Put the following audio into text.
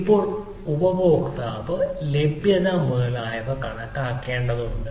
ഇപ്പോൾ ഉപഭോക്താവ് ലഭ്യത മുതലായവ കണക്കാക്കേണ്ടതുണ്ട്